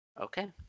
Okay